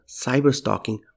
cyber-stalking